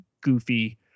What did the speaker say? goofy